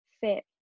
fit